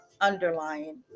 underlying